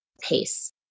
pace